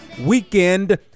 weekend